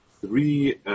three